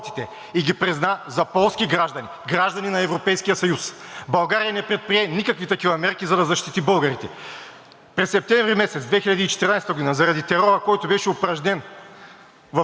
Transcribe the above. месец септември 2014 г. заради терора, който беше упражнен в Гагаузкия район и в Тараклийския в Молдова, тъй като прорумънските сили искаха да трупат точки за изборите,